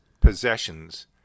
possessions